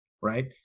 right